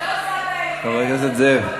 זה לא, חבר הכנסת זאב.